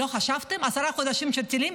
עשרה חודשים של טילים,